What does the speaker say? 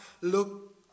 Look